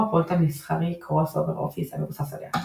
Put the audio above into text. או הפרויקט המסחרי Crossover Office המבוסס עליה.